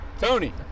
Tony